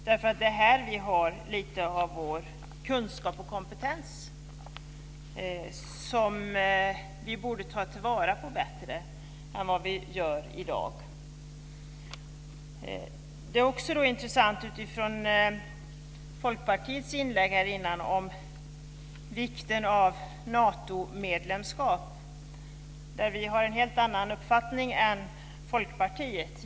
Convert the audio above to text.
Det är här vi har vår kunskap och kompetens, som vi bättre borde ta till vara på än vad vi gör i dag. Det är också intressant hur representanten för Folkpartiet i sitt inlägg betonar vikten av Natomedlemskap. Där har vi en helt annan uppfattning än Folkpartiet.